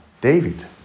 David